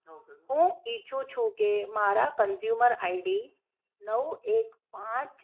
હું ઇચ્છું છું કે મારા કન્જ્યુમર આઇડી નવ એક પાંચ